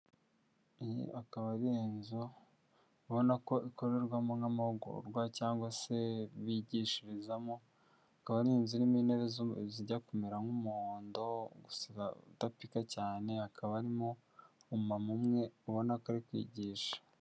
Iyi akaba ari inzu ubona ko ikorerwamo nk'amahugurwa cyangwa se bigishirizamo, akaba ari inzu irimo intebe zijya kumera nk'umuhondo gusa udapika cyane, hakaba harimo umumama umwe ubona ko ari kwigisha.